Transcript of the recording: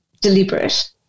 deliberate